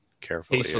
carefully